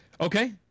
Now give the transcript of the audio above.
okay